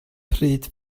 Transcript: pryd